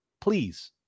Please